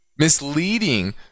Misleading